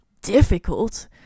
difficult